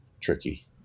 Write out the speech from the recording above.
tricky